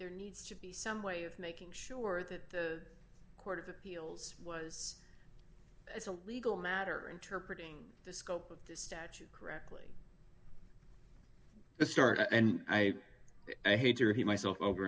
there needs to be some way of making sure that the court of appeals was as a legal matter interpretating the scope of this statute correctly the start and i i hate you he myself over